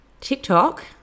TikTok